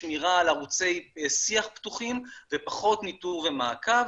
שמירה על ערוצי שיח פתוחים ופחות ניטור ומעקב,